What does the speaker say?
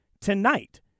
tonight